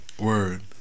Word